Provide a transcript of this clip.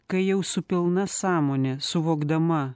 kai jau su pilna sąmone suvokdama